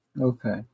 Okay